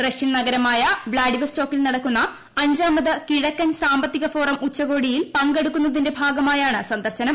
Russian നഗരമായ വ്ളാഡിവസ്റ്റോക്കിൽ നടക്കുന്ന അഞ്ചാമത് കിഴക്കൻ സാമ്പത്തിക ഫോറം ഉച്ചകോടിയിൽ പങ്കെടുക്കുന്നതിന്റെ ഭാഗമായാണ് സന്ദർശനം